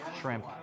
shrimp